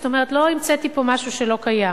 זאת אומרת, לא המצאתי פה משהו שלא קיים.